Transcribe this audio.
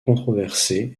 controversés